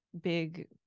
big